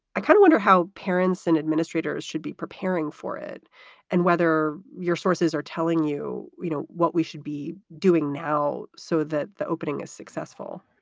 i kind of wonder how parents and administrators should be preparing for it and whether your sources are telling you you know what we should be doing now. so the the opening is successful,